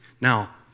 Now